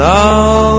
now